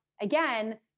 again